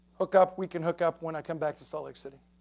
hook up, we can hook up when i come back to salt lake city.